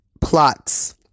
plots